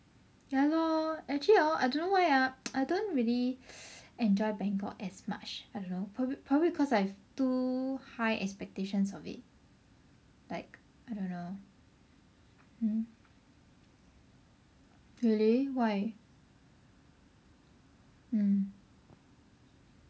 ya lor actually hor I don't know why ah I don't really enjoy Bangkok as much I don't know probaba~ probably because I have too high expectations of it like I don't know mmhmm really why mm